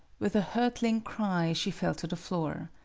with a hurtling cry, she fell to the floor.